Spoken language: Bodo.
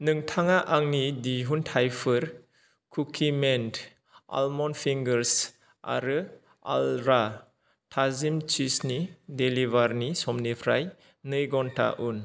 नोंथाङा आंनि दिहुनथाइफोर कुकिमेन आलमन्ड फिंगार्स आरो आर्ला थाजिम चिसनि डेलिभारिनि समनिफ्राय नै घन्टा उन